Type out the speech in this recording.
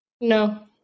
No